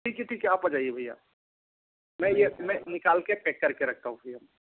ठीक है ठीक है आप आ जाइए भैया मैं ये मैं निकाल के पैक करके रखता हूँ भैया